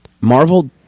Marvel